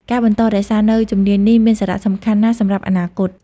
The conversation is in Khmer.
ការបន្តរក្សានូវជំនាញនេះមានសារៈសំខាន់ណាស់សម្រាប់អនាគត។